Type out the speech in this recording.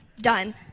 done